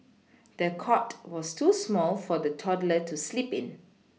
the cot was too small for the toddler to sleep in